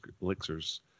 Elixirs